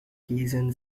quezon